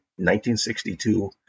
1962